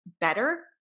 better